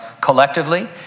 collectively